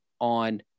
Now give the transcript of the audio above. on